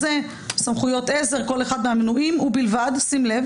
סמכויות עזר, כל אחד מהמנויים, ובלבד שים לב